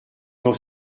dans